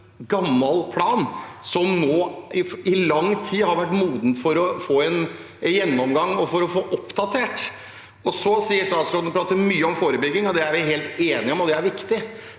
gammel plan som nå i lang tid har vært moden for å få en gjennomgang og for å bli oppdatert. Statsråden prater mye om forebygging, og vi er helt enige om at det er viktig.